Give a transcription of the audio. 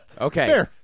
Okay